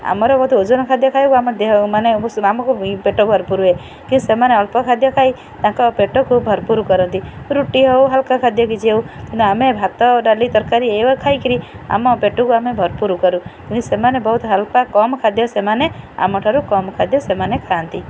ଆମର ବହୁତ ଓଜନ ଖାଦ୍ୟ ଖାଇବା ଆମ ଦେହ ମାନେ ଆମକୁ ପେଟ ଭରପୁର ହୁଏ କି ସେମାନେ ଅଳ୍ପ ଖାଦ୍ୟ ଖାଇ ତାଙ୍କ ପେଟକୁ ଭରପୁର କରନ୍ତି ରୁଟି ହେଉ ହାଲ୍କା ଖାଦ୍ୟ କିଛି ହଉ କିନ୍ତୁ ଆମେ ଭାତ ଡାଲି ତରକାରୀ ଏ ଖାଇକରି ଆମ ପେଟକୁ ଆମେ ଭରପୁର କରୁ କିନ୍ତୁ ସେମାନେ ବହୁତ ହାଲ୍କା କମ୍ ଖାଦ୍ୟ ସେମାନେ ଆମ ଠାରୁ କମ୍ ଖାଦ୍ୟ ସେମାନେ ଖାଆନ୍ତି